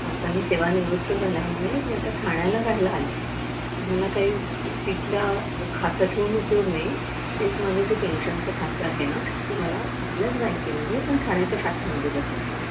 तर आता मी सेवा निवृत्त झाल्यामुळे की आता ठाण्याला राहायला आले मला काही तिथलं खातं ठेऊन उपयोग नाही तेच माझं जे पेन्शनचं खातं आहे ना ते मला आपल्याच बँकेमध्ये पण ठाण्याच्या शाखेमध्ये बदलून हवं आहे